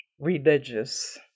religious